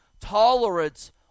tolerance